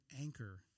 anchor